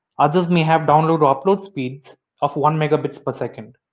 others may have download or upload speeds of one megabits per second.